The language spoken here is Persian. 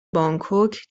بانکوک